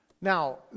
Now